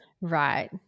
Right